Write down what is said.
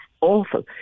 awful